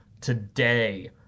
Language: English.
today